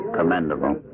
Commendable